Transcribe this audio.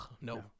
no